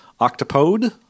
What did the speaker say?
Octopode